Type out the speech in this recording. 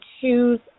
choose